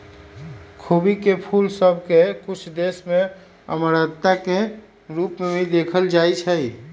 खोबी के फूल सभ के कुछ देश में अमरता के रूप में देखल जाइ छइ